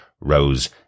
rose